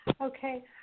Okay